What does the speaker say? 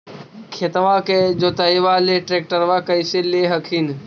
खेतबा के जोतयबा ले ट्रैक्टरबा कैसे ले हखिन?